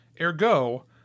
Ergo